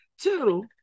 Two